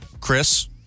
Chris